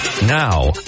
Now